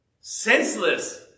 senseless